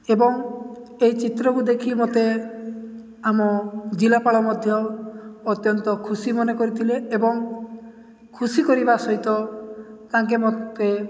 ଏବଂ ଏହି ଚିତ୍ରକୁ ଦେଖି ମୋତେ ଆମ ଜିଲ୍ଲାପାଳ ମଧ୍ୟ ଅତ୍ୟନ୍ତ ଖୁସି ମନେ କରିଥିଲେ ଏବଂ ଖୁସି କରିବା ସହିତ ତାଙ୍କେ ମୋତେ